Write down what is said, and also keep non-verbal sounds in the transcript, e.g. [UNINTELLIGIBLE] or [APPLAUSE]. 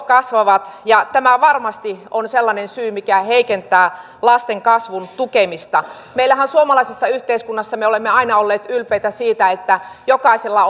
[UNINTELLIGIBLE] kasvavat ja tämä varmasti on sellainen syy mikä heikentää lasten kasvun tukemista mehän suomalaisessa yhteiskunnassa olemme aina olleet ylpeitä siitä että jokaisella [UNINTELLIGIBLE]